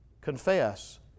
Confess